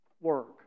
work